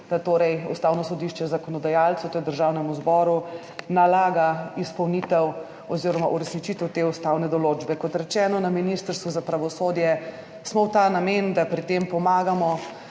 da torej Ustavno sodišče zakonodajalcu, to je Državnemu zboru, nalaga izpolnitev oziroma uresničitev te ustavne določbe. Kot rečeno, na Ministrstvu za pravosodje smo v ta namen, da pomagamo